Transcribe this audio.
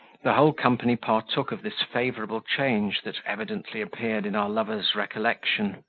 the whole company partook of this favourable change that evidently appeared in our lover's recollection,